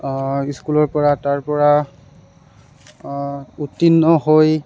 স্কুলৰ পৰা তাৰপৰা উত্তীৰ্ণ হৈ